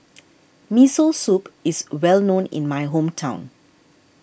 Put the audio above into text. Miso Soup is well known in my hometown